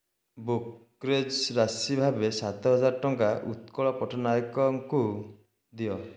brokerage ରାଶି ଭାବେ ସାତ ହଜାର ଟଙ୍କା ଉତ୍କଳ ପଟ୍ଟନାୟକଙ୍କୁ ଦିଅ